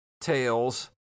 tails